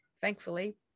thankfully